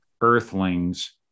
earthlings